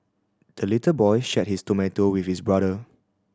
the little boy shared his tomato with his brother